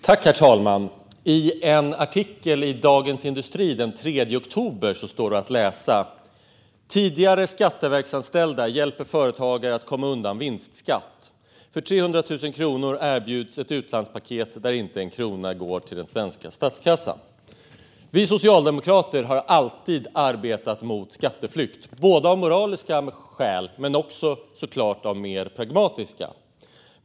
Herr talman! I en artikel i Dagens industri den 3 oktober stod det att läsa: "Tidigare Skatteverksanställda hjälper företagare att komma undan vinstskatt. För 300 000 kronor erbjuds . ett utlandspaket där inte en krona går till den svenska statskassan." Vi socialdemokrater har alltid arbetat mot skatteflykt, av moraliska skäl men också av mer pragmatiska.